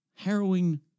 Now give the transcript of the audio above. Harrowing